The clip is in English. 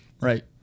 Right